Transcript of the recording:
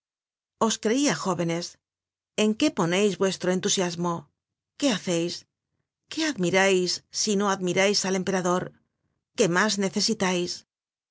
os creia jóvenes en qué poneis vuestro entusiasmo qué haceis qué admirais si no admirais al emperador qué mas necesitais